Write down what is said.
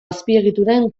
azpiegituren